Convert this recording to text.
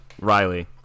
Riley